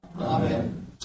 Amen